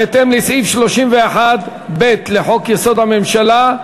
בהתאם לסעיף 31(ב) לחוק-יסוד: הממשלה,